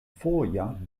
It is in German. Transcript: vorjahr